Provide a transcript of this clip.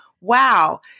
wow